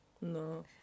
No